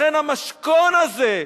לכן המשכון הזה,